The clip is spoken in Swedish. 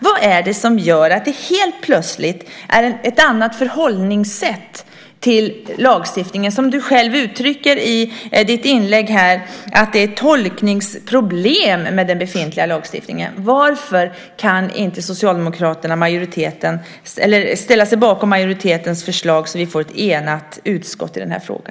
Vad är det som gör att ni helt plötsligt har ett annat förhållningssätt till lagstiftningen? Du säger själv i ditt inlägg att det finns tolkningsproblem med den befintliga lagstiftningen. Varför kan Socialdemokraterna då inte ställa sig bakom majoritetens förslag så att vi får ett enigt utskott i denna fråga?